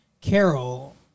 Carol